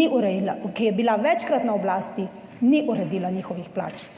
ni uredila, ki je bila večkrat na oblasti, ni uredila njihovih plač.